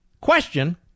question